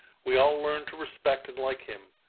we all learned to respect and like him.